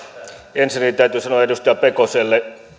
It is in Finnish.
ensinnäkin täytyy sanoa edustaja pekoselle